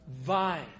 vine